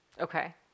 Okay